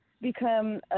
become